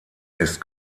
ist